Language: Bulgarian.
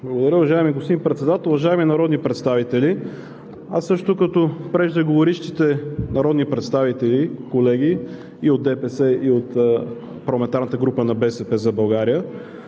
Благодаря. Уважаеми господин Председател, уважаеми народни представители! Аз също като преждеговорившите народни представители – колеги и от ДПС, и от парламентарната група на „БСП за България“,